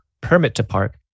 permit-to-park